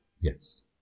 Yes